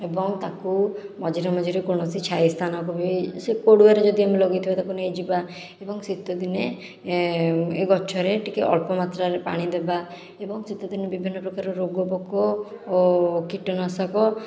ଏବଂ ତାକୁ ମଝିରେ ମଝିରେ କୌଣସି ଛାଇ ସ୍ଥାନକୁ ବି ସେ କଡ଼ୁଆରେ ଯଦି ଆମେ ଲଗେଇଥିବା ତାକୁ ନେଇଯିବା ଏବଂ ଶୀତ ଦିନେ ଏ ଗଛରେ ଟିକିଏ ଅଳ୍ପ ମାତ୍ରାରେ ପାଣି ଦେବା ଏବଂ ଶୀତ ଦିନେ ବିଭିନ୍ନ ପ୍ରକାର ରୋଗ ପୋକ ଓ କୀଟନାଶକ